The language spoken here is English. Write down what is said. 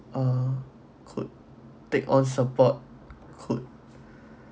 uh could take on support could